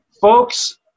folks